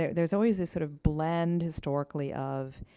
yeah there's always this sort of blend, historically, of